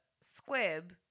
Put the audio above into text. squib